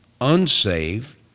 unsaved